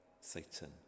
Satan